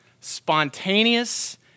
spontaneous